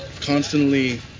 constantly